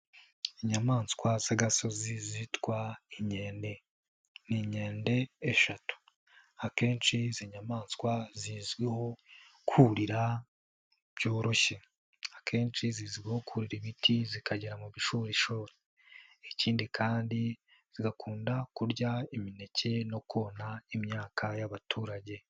Inyamaswa z'agasozi zitwa inkende ni inkende eshatu akenshi izi nyamaswa zizwiho kurira byoroshye akenshi zizwiho kurira ibiti zikagera mu bushorishori ikindi kandi zigakunda kurya imineke no konna imyaka y'abaturage.